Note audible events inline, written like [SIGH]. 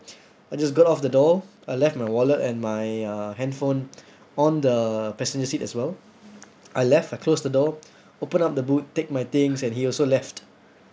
[BREATH] I just got of the door I left my wallet and my uh handphone [BREATH] on the passenger seat as well I left I closed the door open up the boot take my things and he also left